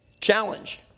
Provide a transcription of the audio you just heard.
challenge